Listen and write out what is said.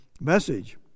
message